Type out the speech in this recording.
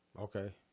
Okay